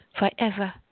forever